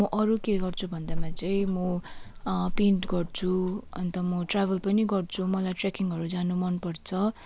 म अरू के गर्छु भन्दामा चाहिँ म पेन्ट गर्छु अन्त म ट्राभल पनि गर्छु मलाई ट्रेकिङहरू जानु मनपर्छ